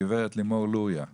הגב' לימור לוריא;